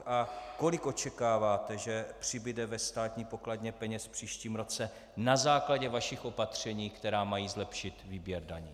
A kolik očekáváte, že přibude ve státní pokladně peněz v příštím roce na základě vašich opatření, která mají zlepšit výběr daní?